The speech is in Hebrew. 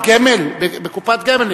בקופת גמל.